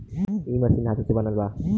इ मशीन धातु से बनल बा